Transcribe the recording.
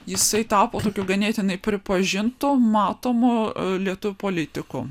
jisai tapo tokiu ganėtinai pripažintu matomu lietuvių politiku